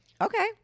Okay